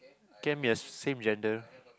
can it be a sa~ same gender